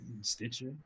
Stitcher